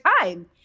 time